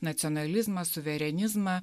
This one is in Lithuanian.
nacionalizmą suverenizmą